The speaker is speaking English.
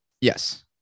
Yes